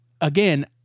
again